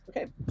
Okay